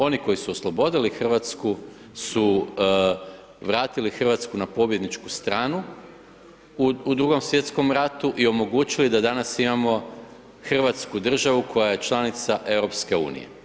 Oni koji su oslobodili Hrvatsku su vratili Hrvatsku na pobjedničku stranu u Drugom svjetskom ratu i omogućili da danas imamo Hrvatsku državu koja je članica EU.